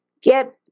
get